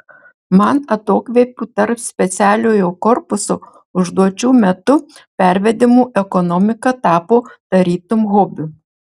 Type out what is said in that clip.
man atokvėpių tarp specialiojo korpuso užduočių metu pervedimų ekonomika tapo tarytum hobiu